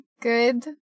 good